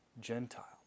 Gentile